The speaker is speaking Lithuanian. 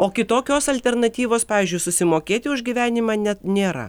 o kitokios alternatyvos pavyzdžiui susimokėti už gyvenimą net nėra